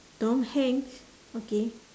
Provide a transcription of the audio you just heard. tom-hanks okay